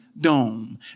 dome